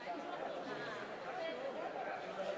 שיעור מס מופחת על מוצרי מזון בסיסיים)